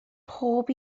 bob